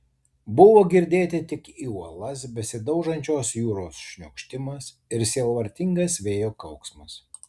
buvo girdėti tik į uolas besidaužančios jūros šniokštimas ir sielvartingas vėjo kauksmas